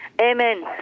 Amen